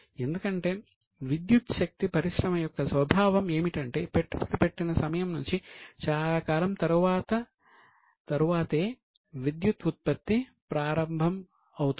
ఎందుకంటే విద్యుత్ శక్తి పరిశ్రమ యొక్క స్వభావం ఏమిటంటే పెట్టుబడి పెట్టిన సమయం నుంచి చాలా కాలం తరువాతే విద్యుత్ ఉత్పత్తి ప్రారంభమవుతుంది